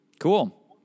Cool